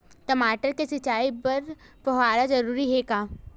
टमाटर के सिंचाई बर फव्वारा जरूरी हे का?